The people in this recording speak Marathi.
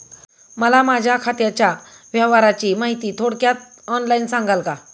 मला माझ्या खात्याच्या व्यवहाराची माहिती थोडक्यात ऑनलाईन सांगाल का?